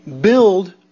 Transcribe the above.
build